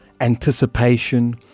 anticipation